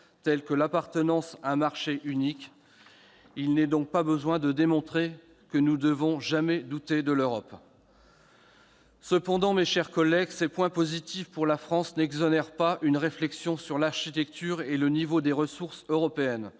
telle l'appartenance à un marché unique. Il n'est alors plus besoin de démontrer que nous ne devons jamais douter de l'Europe. Toutefois, mes chers collègues, ces points positifs pour la France n'exonèrent pas d'une réflexion sur l'architecture et le niveau des ressources européennes,